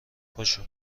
پاشو